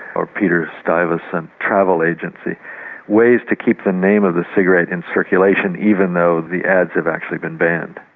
or peter stuyvesant travel agency ways to keep the name of the cigarette in circulation even though the ads have actually been banned.